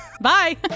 Bye